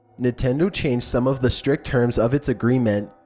nintendo changed some of the strict terms of its agreements.